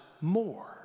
more